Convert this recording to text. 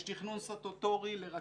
יש תכנון סטטוטורי לרכבת,